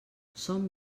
són